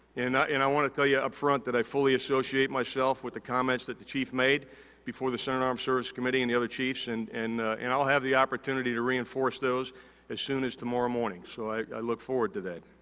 and, and i wanna tell you yeah upfront that i fully associate myself with the comments that the chief made before the senate armed services committee and the other chiefs and and and i'll have the opportunity to reinforce those as soon as tomorrow morning. so, i look forward to that.